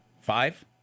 Five